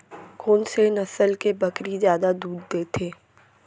कोन से नस्ल के बकरी जादा दूध देथे